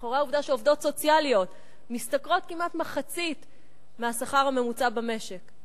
מאחורי העובדה שעובדות סוציאליות משתכרות כמעט מחצית מהשכר הממוצע במשק?